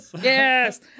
yes